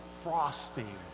frosting